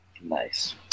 Nice